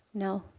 no.